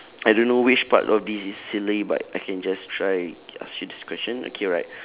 I don't know which part of this is silly but I can just try ask you this question okay right